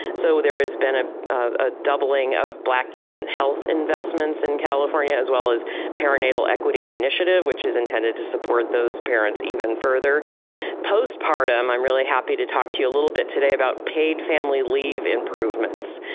so there has been ah a doubling of black infant health investments in california as well as perinatal equity initiative which is intended to support those parents even further postpartum. i'm really happy to talk to you a little bit today about paid family leave improvements.